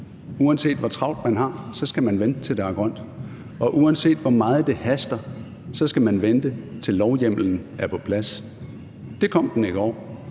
Uanset hvor travlt man har, skal man vente, til der er grønt. Og uanset hvor meget det haster, skal man vente, til lovhjemmelen er på plads. Det kom aftalen